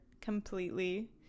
completely